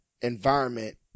environment